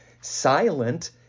Silent